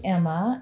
Emma